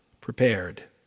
prepared